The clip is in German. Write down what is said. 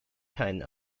keinen